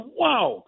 wow